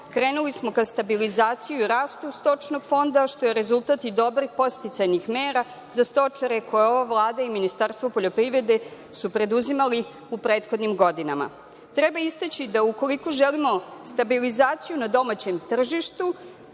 Krenuli smo ka stabilizaciji i rastu stočnog fonda, što je rezultat i dobrih podsticajnih mera za stočare, koje su ova Vlada i Ministarstvo poljoprivrede preduzimali u prethodnim godinama. Treba istaći da ukoliko želimo stabilizaciju na domaćem tržištu